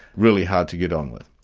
really hard to get on with.